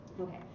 Okay